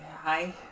hi